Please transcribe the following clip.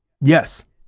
Yes